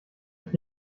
ich